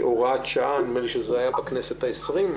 הוראת שעה נדמה לי שזה היה בכנסת העשרים.